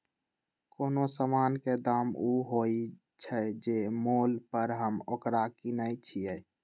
कोनो समान के दाम ऊ होइ छइ जे मोल पर हम ओकरा किनइ छियइ